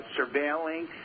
surveilling